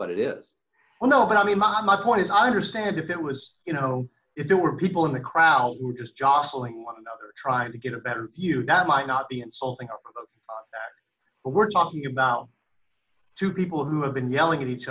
but it is well know what i mean by my point is i understand if it was you know if there were people in the crowd who were just jostling one another trying to get a better view that might not be insulting but we're talking about two people who have been yelling at each